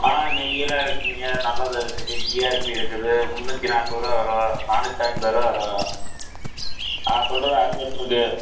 ஆ நெய்யெல்லாம் இருக்குங்கய்யா நல்லது இருக்குது ஜிஆர்பி இருக்குது முந்நூற்றி நாற்பது ருபா வரும் நானூற்றி ஐம்பது ருபா வரும் நான் சொல்கிறது அரை லிட்டருது